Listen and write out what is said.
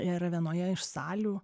ir vienoje iš salių